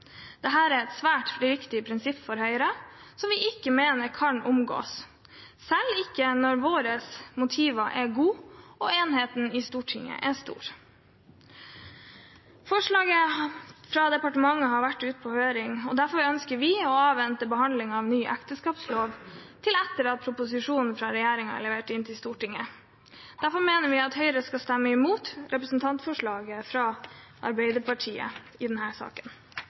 er et svært viktig prinsipp for Høyre, som vi mener ikke kan omgås, selv ikke når våre motiver er gode og enigheten i Stortinget stor. Forslaget fra departementet har vært ute på høring, derfor ønsker vi å avvente behandlingen av ny ekteskapslov til etter at proposisjonen fra regjeringen er levert inn til Stortinget. Derfor mener vi at Høyre skal stemme imot representantforslaget fra Arbeiderpartiet i denne saken.